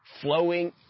flowing